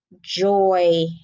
joy